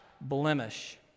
blemish